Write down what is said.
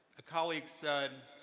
a colleague said,